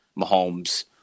Mahomes